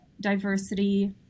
diversity